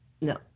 No